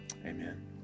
Amen